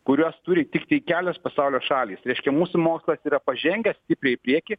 kurias turi tiktai kelios pasaulio šalys reiškia mūsų mokslas yra pažengęs stipriai į priekį